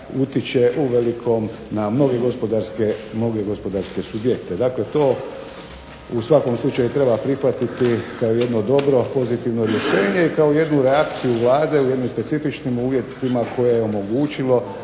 utječe u velikom na mnoge gospodarske subjekte. Dakle to u svakom slučaju treba prihvatiti kao jedno dobro, pozitivno rješenje i kao jednu reakciju Vlade u jednim specifičnim uvjetima koje je omogućilo